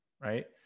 right